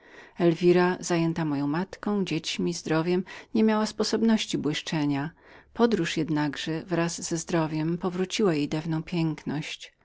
elwira zajęta moją matką dziećmi zdrowiem nie miała sposobności błyszczenia podróż jednakże razem ze zdrowiem powróciła jej dawną piękność